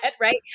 Right